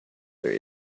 there